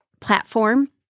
platform